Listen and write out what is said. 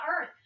earth